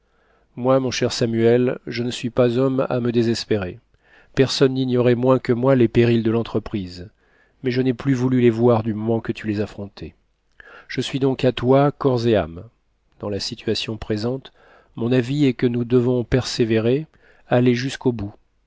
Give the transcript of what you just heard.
moi mon cher samuel je ne suis pas homme à me désespérer personne n'ignorait moins que moi les périls de l'entreprise mais je n'ai plus voulu les voir du moment que tu les affrontais je suis donc à toi corps et âme dans la situation présente mon avis est que nous devons persé vérer aller jusqu'au bout